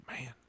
Man